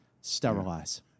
sterilize